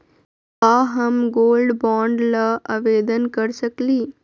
का हम gold bond ल आवेदन कर सकली?